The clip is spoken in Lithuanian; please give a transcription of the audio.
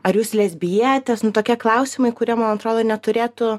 ar jūs lesbietės nu tokie klausimai kurie man atrodo neturėtų